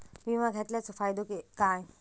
विमा घेतल्याचो फाईदो काय?